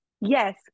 Yes